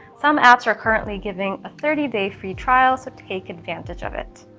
some apps are currently giving a thirty day free trial so take advantage of it.